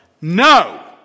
no